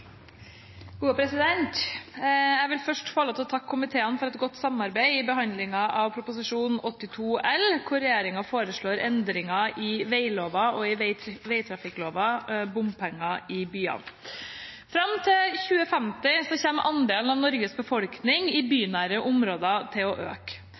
Jeg vil først takke komiteen for et godt samarbeid under behandlingen av Prop. 82 L, der regjeringen foreslår endringer i vegloven og i vegtrafikkloven, om bompenger i byene. Fram til 2050 kommer andelen av Norges befolkning i bynære områder til å øke.